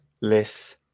less